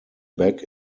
back